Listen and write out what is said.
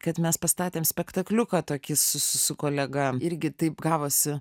kad mes pastatėm spektakliuką tokį su su kolega irgi taip gavosi